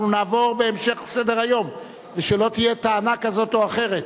נעבור להמשך סדר-היום ושלא תהיה טענה כזאת או אחרת.